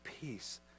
peace